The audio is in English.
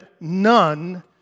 none